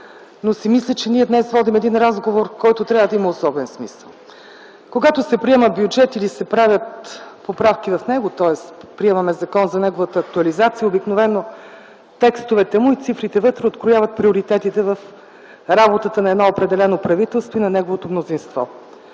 но си мисля, че днес ние водим разговор, който трябва да има особен смисъл. Когато се приема бюджет или се правят поправки в него, тоест приемаме закон за неговата актуализация, обикновено текстовете му и цифрите вътре открояват приоритетите в работата на определено правителство и на неговото мнозинство.